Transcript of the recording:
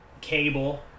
Cable